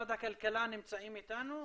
משרד הכלכלה נמצאים איתנו?